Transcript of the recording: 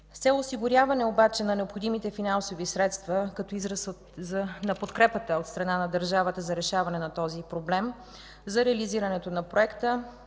С цел осигуряване обаче на необходимите финансови средства, като израз на подкрепата от страна на държавата за решаването на този проблем, за реализирането на проекта